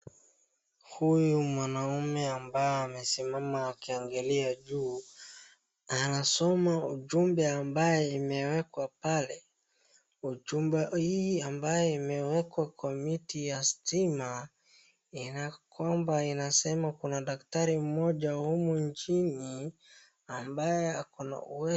Huyu mwanaume ambaye amesimama akiangalia juu, anasoma ujumbe ambaye imewekwa pale. Ujumbe hii ambaye imewekwa kwa miti ya stima kwamba inasema kuna daktari mmoja humu nchini, ambaye ako na uwezo.